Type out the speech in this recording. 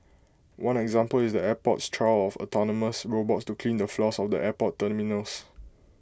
one example is the airport's trial of autonomous robots to clean the floors of the airport terminals